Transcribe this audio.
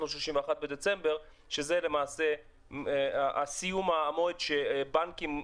ל-31 בדצמבר שזה למעשה סיום המועד שהבנקים,